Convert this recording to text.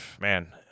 man